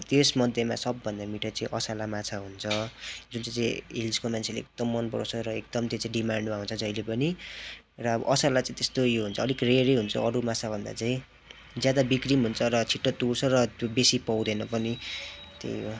त्यस मध्येमा सबभन्दा मिठो चाहिँ असला माछा हुन्छ जुन चाहिँ चाहिँ हिल्सको मान्छेले एकदम मन पराउँछ र एकदम त्यो चाहिँ डिमान्डमा हुन्छ जहित्यै पनि र असला चाहिँ त्यस्तो उयो हुन्छ अलिक रेयर नै हुन्छ अरू माछा भन्दा चाहिँ ज्यादा बिक्री पनि हुन्छ र छिटो तुर्स र त्यो बेसी पाउँदैन पनि त्यही हो